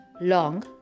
long